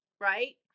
right